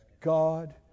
God